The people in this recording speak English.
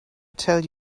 tell